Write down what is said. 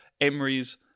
Emery's